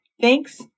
Thanks